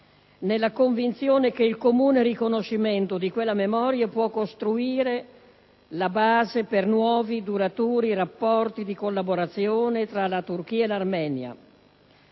nella convinzione che il suo comune riconoscimento possa costituire la base per nuovi e duraturi rapporti di collaborazione tra la Turchia e l'Armenia,